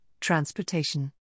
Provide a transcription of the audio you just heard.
Transportation